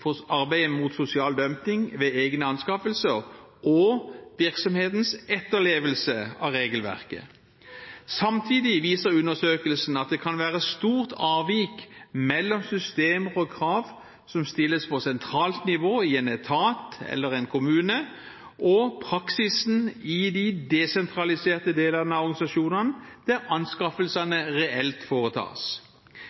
for arbeidet mot sosial dumping ved egne anskaffelser, og virksomhetens etterlevelse av regelverket. Samtidig viser undersøkelsen at det kan være stort avvik mellom systemer og krav som stilles på sentralt nivå i en etat eller i en kommune, og praksisen i de desentraliserte delene av organisasjonene, der anskaffelsene